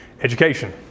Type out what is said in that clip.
education